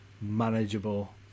manageable